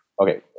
Okay